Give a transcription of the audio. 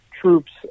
troops